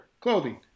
clothing